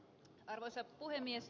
arvoisa puhemies